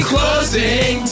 Closing